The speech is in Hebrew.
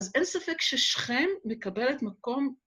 אז אין ספק ששכם מקבלת מקום.